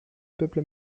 peuple